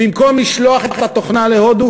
במקום לשלוח את התוכנה להודו,